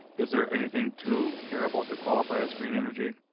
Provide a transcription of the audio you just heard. is there anything too terrible to qualify as green energy?